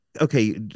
Okay